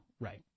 Right